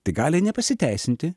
tai gali nepasiteisinti